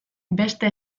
beste